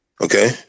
okay